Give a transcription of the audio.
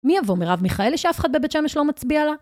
מי אבוא מרב מיכאלי איש אף אחד בבית שמש לא מצביע לה?